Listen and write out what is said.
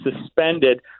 suspended